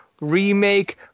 Remake